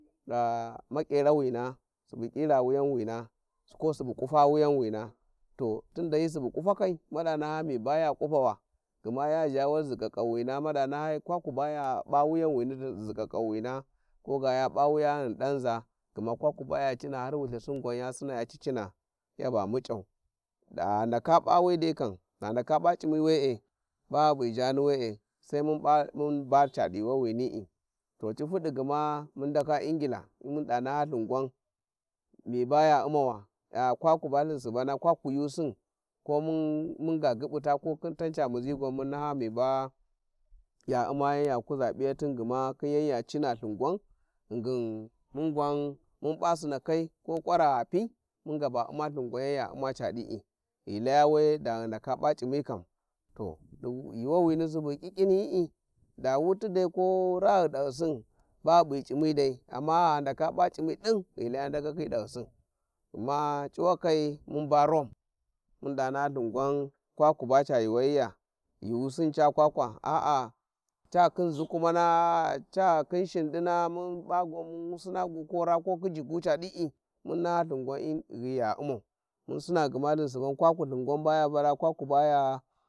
﻿Va makerawina subu kira Wuyanwina ko subu kufa wiyanwing to tunda hi subu kufakai mada naha miba ya kufawa gma ya gha wal zikakkauwina mada naha kawakwu baya p'a wuyanwini di zikakkauwina koga ya p'a wiyani ghi danza gma kwaku baya cina har wulthisin gwan ya sina cicina yaba muca`u, gha ndaka p'a we de kam gha ndaka p`a c`imi we`e ba ghi p'i jani we'e, sai mun p'a mun ba cadi yuuwswini'i, to ti fudi gma mun ndaka Ingila, mun da naha lthin gwan miba ya u`mawa kwakwu ba thin suba kwakwu yuusin ko mun gyibuta u'ms kwakwu yuusin ko munmun ga gyibsuta ko khin tan ca muzi mun naha miba ya u'ma yan ya kuza p'ijstin gma khin yan ya cina ithin gwan, ghingin mun gwan mun p'a sinakai, ko kwrara gha pi, mun gaba u`ma Ithin gwan yan ya u`ma ca di'i ghi lays we da ghi ndaka p`a c`imi kam, to di yuuwawini subu ghi kikiniyi`i da wuti dai ko raa ghi dahyisin ba ghi p`i c`imi dai, ammagna ndaka p'a c'imi din ghi laya ndakakai dahyisin, gma ba rome mun da naha ithìn gwan kwakwu ba ca yuuwayiya yuusin ca kwakwa a'a chakhin zukumana ca khìn Shìn dìina mun p'a gwan min sina gu ko raa ko khiji gu ca di'i mum sin naha gwan in ghi ya u'mau, mun sina gma lthin suban kwakwu ithin gwan baya vara kwakwu baya.